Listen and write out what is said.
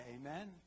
Amen